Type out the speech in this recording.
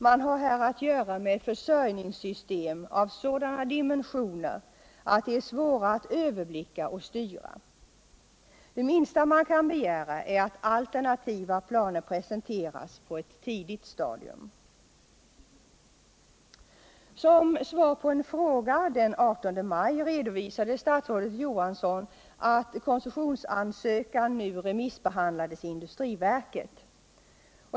Här har man att göra med försörjningssystem av sådana dimensioner att de är svåra att överblicka och styra. Det minsta man kan begära är att alternativa planer presenteras på ett tidigt stadium. Som svar på en fråga den 18 maj redovisade statsrådet Johansson att koncessionsansökan nu remissbehandlas i industriverket.